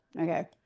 Okay